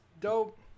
dope